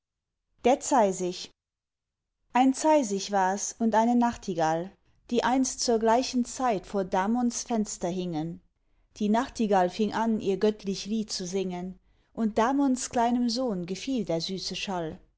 der zeisig ein zeisig wars und eine nachtigall die einst zu gleicher zeit vor damons fenster hingen die nachtigall fing an ihr göttlich lied zu singen und damons kleinem sohn gefiel der süße schall